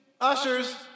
ushers